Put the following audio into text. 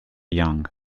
young